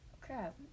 crap